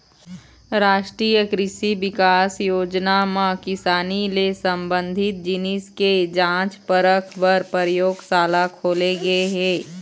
रास्टीय कृसि बिकास योजना म किसानी ले संबंधित जिनिस के जांच परख पर परयोगसाला खोले गे हे